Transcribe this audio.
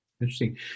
Interesting